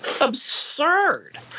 absurd